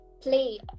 play